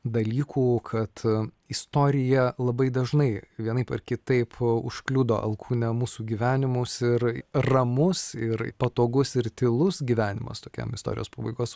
dalykų kad istorija labai dažnai vienaip ar kitaip užkliudo alkūne mūsų gyvenimus ir ramus ir patogus ir tylus gyvenimas tokiam istorijos pabaigos